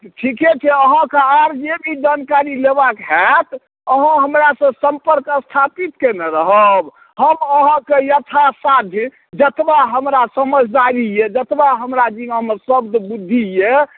ठीके छै अहाँकऽ आर जे भी जानकारी लेबाक होएत अहाँ हमरासँ संपर्क स्थापित कयने रहब हम अहाँ कऽ यथासाध्य जतबा हमरा समझदारी यऽ जतबा हमरा जिमामे शब्द बुद्धि यऽ